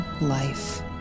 life